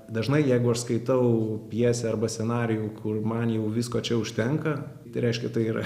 dažnai jeigu aš skaitau pjesę arba scenarijų kur man jau visko čia užtenka tai reiškia tai yra